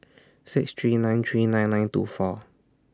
six three nine three nine nine two four